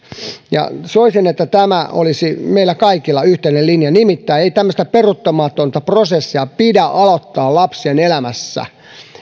soisin että tämä olisi meillä kaikilla yhteinen linja nimittäin ei tämmöistä peruuttamatonta prosessia pidä aloittaa lapsen elämässä